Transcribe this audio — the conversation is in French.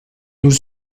nos